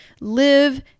live